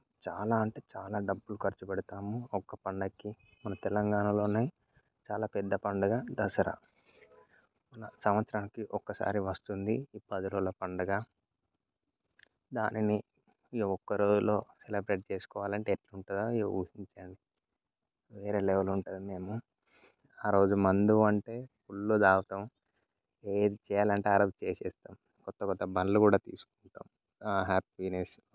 చాలా అంటే చాలా డబ్బులు ఖర్చు పెడతాము ఒక్క పండుగకి మన తెలంగాణలోనే చాలా పెద్ద పండుగ దసరా సంవత్సరానికి ఒక్కసారి వస్తుంది పది రోజుల పండగ దానిని ఈ ఒక్క రోజులో సెలబ్రేట్ చేసుకోవాలంటే ఎట్లుంటుందో ఊహించండి వేరే లెవెల్ ఉంటుంది మేము ఆరోజు మందు అంటే ఫుల్లు తాగుతాం ఏం చేయాలంటే ఆరోజు చేసేస్తాం కొత్త కొత్త బళ్ళు కూడా తీసుకుంటాము హ్యాపీ అనేసి